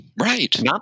Right